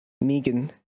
Megan